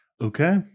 Okay